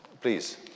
Please